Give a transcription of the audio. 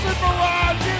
mirage